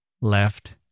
left